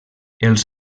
els